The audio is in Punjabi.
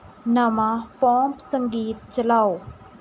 ਨਵਾਂ ਪੌਂਪ ਸੰਗੀਤ ਚਲਾਓ